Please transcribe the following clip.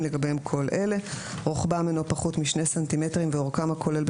לגביהם כל אלה: רוחבם אינו פחות משני סנטימטרים ואורכם הכולל,